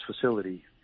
facility